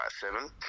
seven